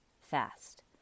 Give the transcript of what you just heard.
fast